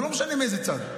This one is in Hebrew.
ולא משנה מאיזה צד,